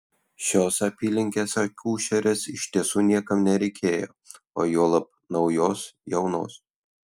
šios apylinkės akušerės iš tiesų niekam nereikėjo o juolab naujos jaunos